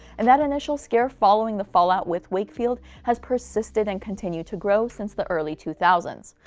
and that initial scare following the fallout with wakefield, has persisted and continued to grow since the early two thousand s.